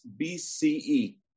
BCE